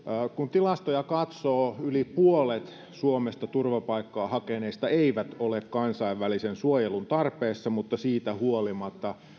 kun tilastoja katsoo yli puolet suomesta turvapaikkaa hakeneista ei ole kansainvälisen suojelun tarpeessa mutta siitä huolimatta